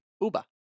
Uba